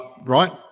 Right